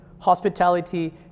hospitality